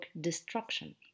destruction